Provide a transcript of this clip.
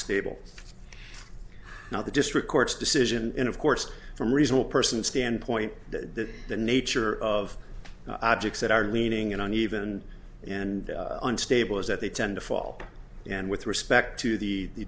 stable now the district court's decision and of course from reasonable person standpoint that the nature of the objects that are leaning in uneven and unstable is that they tend to fall in with respect to the